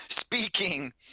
Speaking